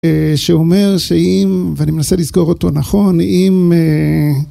שאומר שאם, ואני מנסה לזכור אותו נכון, אם...